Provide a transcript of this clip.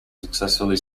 successfully